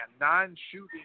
non-shooting